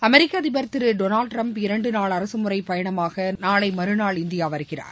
அமெரிக்க அதிபர் திரு Donald Trump இரண்டு நாள் அரசுமுறைப்பயணமாக நாளை மறுநாள் இந்தியா வருகிறார்